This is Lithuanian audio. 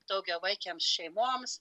daugiavaikėms šeimoms